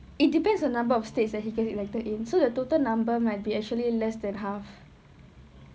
it depends on the number of states that he gets elected in so the total number might be actually less than half